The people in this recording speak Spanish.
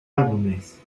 álbumes